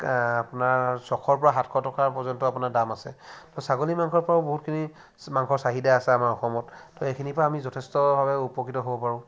আপোনাৰ ছশৰ পৰা সাতশ টকা পৰ্যন্ত দাম আছে তো ছাগলী মাংসৰপৰাও আমাৰ বহুতখিনি চাহিদা আছে আমাৰ অসমত তো এইখিনিৰপৰা আমি যথেষ্ট উপকৃত হ'ব পাৰোঁ